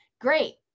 Great